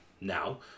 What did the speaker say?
Now